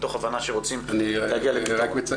מתוך הבנה ש רוצים להגיע לפתרון.